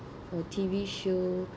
or T_V show